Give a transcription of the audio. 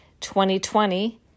2020